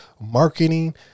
marketing